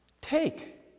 Take